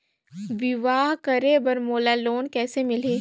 बिहाव करे बर मोला लोन कइसे मिलही?